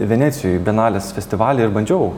venecijoj bianalės festivaly ir bandžiau